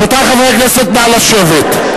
רבותי חברי הכנסת, נא לשבת.